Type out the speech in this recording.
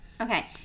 Okay